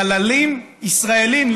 חללים ישראלים?